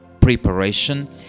preparation